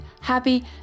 happy